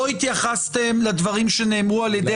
-- לא התייחסתם לדברים שנאמרו על ידי